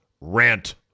rant